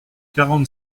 quarante